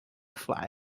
fly